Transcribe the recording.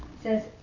says